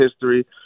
history